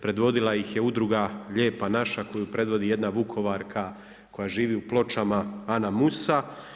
Predvodila ih je udruga „Lijepa naša“ koju predvodi jedna Vukovarka koja živi u Pločama Ana Musa.